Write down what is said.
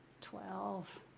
Twelve